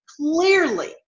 clearly